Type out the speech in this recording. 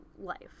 life